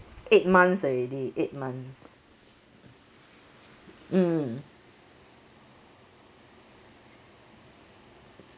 eight months already eight months mm